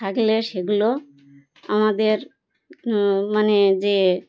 থাকলে সেগুলো আমাদের মানে যে